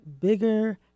Bigger